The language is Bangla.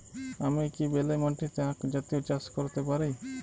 আমি কি বেলে মাটিতে আক জাতীয় চাষ করতে পারি?